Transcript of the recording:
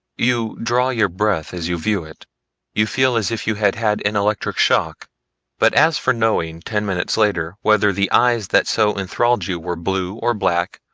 you draw your breath as you view it you feel as if you had had an electric shock but as for knowing ten minutes later whether the eyes that so enthralled you were blue or black,